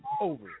over